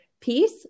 peace